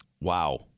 Wow